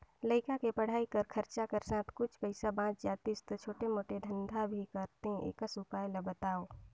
लइका के पढ़ाई कर खरचा कर साथ कुछ पईसा बाच जातिस तो छोटे मोटे धंधा भी करते एकस उपाय ला बताव?